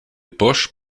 bosch